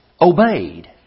obeyed